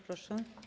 Proszę.